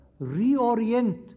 reorient